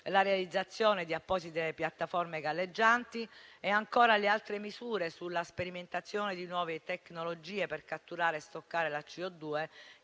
la realizzazione di apposite piattaforme galleggianti, e ancora alle altre misure sulla sperimentazione di nuove tecnologie per catturare e stoccare la CO2,